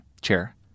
chair